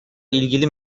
ilgili